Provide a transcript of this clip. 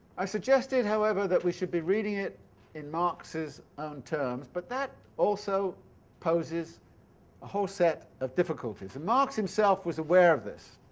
i suggested however that we should be reading it in marx's own terms but that also poses a whole set of difficulties and marx himself was aware of this.